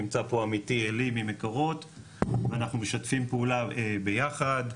נמצא פה עמיתי עלי ממקורות ואנחנו משתפים פעולה ביחד,